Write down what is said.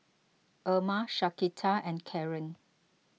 Erma Shaquita and Karren